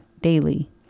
daily